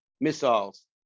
missiles